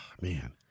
man